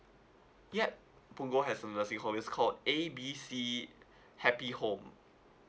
yup punggol has a nursing home it's called A B C happy home